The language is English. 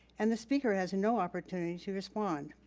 and the speaker has no opportunity to respond.